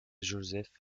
joseph